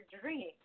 dream